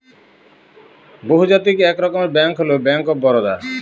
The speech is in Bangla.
বহুজাতিক এক রকমের ব্যাঙ্ক হল ব্যাঙ্ক অফ বারদা